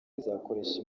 izakoresha